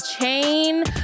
chain